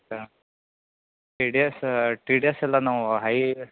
ಹಾಂ T D S T D ಎಸ್ಸೆಲ್ಲ ನಾವು ಹೈ